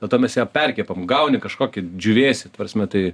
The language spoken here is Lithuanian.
dėl to mes ją perkepam gauni kažkokį džiūvėsį ta prasme tai